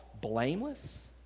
blameless